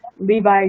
levi